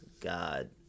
God